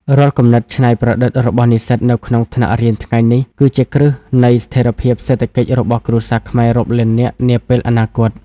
រាល់គំនិតច្នៃប្រឌិតរបស់និស្សិតនៅក្នុងថ្នាក់រៀនថ្ងៃនេះ គឺជាគ្រឹះនៃស្ថិរភាពសេដ្ឋកិច្ចរបស់គ្រួសារខ្មែររាប់លាននាពេលអនាគត។